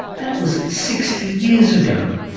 that was sixty years ago,